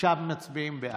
מצביעים בעד,